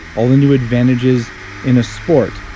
all the new advantages in a sport.